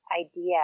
idea